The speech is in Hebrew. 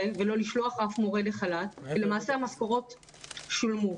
ולא לשלוח אף מורה לחל"ת ולמעשה המשכורות שולמו.